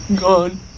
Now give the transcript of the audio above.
gone